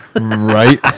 Right